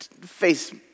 face